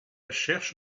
cherche